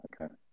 Okay